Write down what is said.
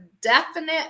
definite